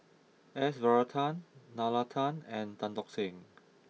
S Varathan Nalla Tan and Tan Tock Seng